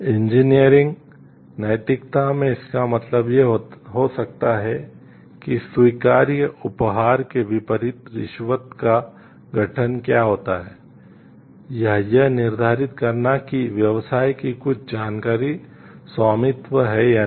engineering नैतिकता में इसका मतलब यह हो सकता है कि स्वीकार्य उपहार के विपरीत रिश्वत का गठन क्या होता है या यह निर्धारित करना कि व्यवसाय की कुछ जानकारी स्वामित्व है या नहीं